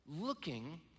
looking